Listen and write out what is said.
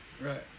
Right